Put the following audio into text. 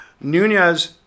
Nunez